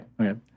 okay